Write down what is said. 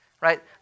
right